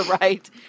right